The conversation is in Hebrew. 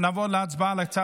אז אחרי ההצבעה נעשה